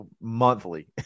monthly